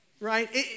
Right